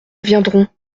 viendront